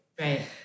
Right